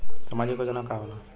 सामाजिक योजना का होला?